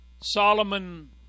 Solomon